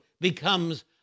becomes